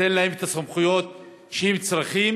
ניתן להם את הסמכויות שהם צריכים